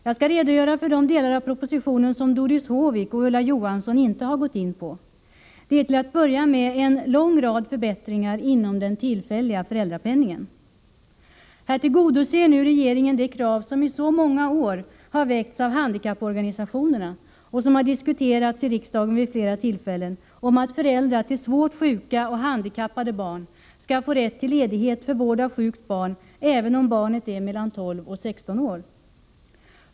Jag skall redogöra för de delar av propositionen som Doris Håvik och Ulla Johansson inte har gått in på. Det är till att börja med en lång rad förbättringar inom den tillfälliga föräldrapenningen. Här tillgodoser nu regeringen det krav som i många år väckts av handikapporganisationerna och som har diskuterats i riksdagen vid flera tillfällen, nämligen att föräldrar till svårt sjuka och handikappade barn skall få rätt till ledighet för vård av sjukt barn även om barnet är mellan tolv och sexton år.